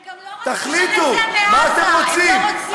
הם גם לא רוצים שתצא גם מעזה, הם לא רוצים.